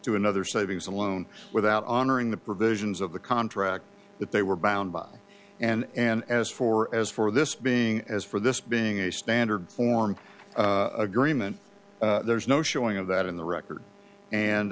to another savings alone without honoring the provisions of the contract that they were bound by and as for as for this being as for this being a standard form agreement there's no showing of that in the record and